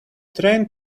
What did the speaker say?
train